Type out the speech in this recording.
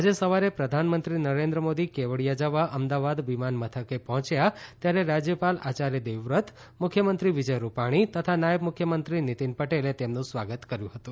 આજે સવારે પ્રધાનમંત્રી નરેન્દ્ર મોદી કેવડીયા જવા અમદાવાદ વિમાન મથકે પહોચ્યા ત્યારે રાજયપાલ આચાર્ય દેવવ્રત મુખ્યમંત્રી વિજય રૂપાણી તથા નાયબ મુખ્યમંત્રી નીતીન પટેલે તેમનું સ્વાગત કર્યુ હતું